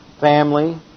family